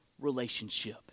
relationship